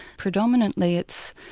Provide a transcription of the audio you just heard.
predominately it's,